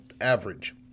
average